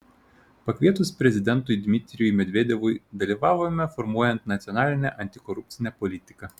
pakvietus prezidentui dmitrijui medvedevui dalyvavome formuojant nacionalinę antikorupcinę politiką